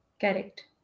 correct